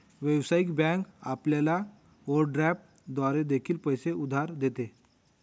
व्यावसायिक बँक आपल्याला ओव्हरड्राफ्ट द्वारे देखील पैसे उधार देते